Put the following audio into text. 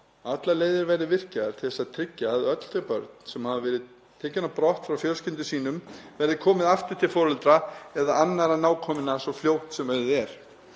allar leiðir verði virkjaðir til að tryggja að öllum þeim börnum sem hafa verið tekin á brott frá fjölskyldum sínum verði komið aftur til foreldra eða annarra nákominna svo fljótt sem auðið er.